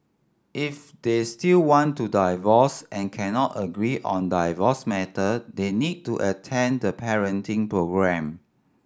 if they still want to divorce and cannot agree on divorce matter they need to attend the parenting programme